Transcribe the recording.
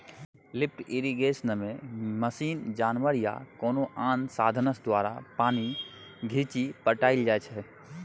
lift इरिगेशनमे machine, जानबर या कोनो आन साधंश द्वारा पानि घीचि पटाएल जाइ छै